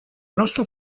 nostra